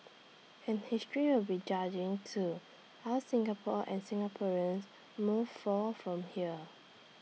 and history will be judging too how Singapore and Singaporeans move forth from here